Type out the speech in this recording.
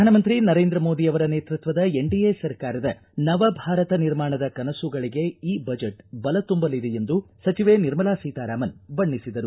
ಪ್ರಧಾನಮಂತ್ರಿ ನರೇಂದ್ರ ಮೋದಿ ಅವರ ನೇತೃತ್ವದ ಎನ್ಡಿಎ ಸರ್ಕಾರದ ನವ ಭಾರತ ನಿರ್ಮಾಣದ ಕನಸುಗಳಿಗೆ ಈ ಬಜೆಟ್ ಬಲ ತುಂಬಲಿದೆ ಎಂದು ಸಚಿವೆ ನಿರ್ಮಲಾ ಸೀತಾರಾಮನ್ ಬಣ್ಣೆಸಿದರು